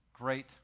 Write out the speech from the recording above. Great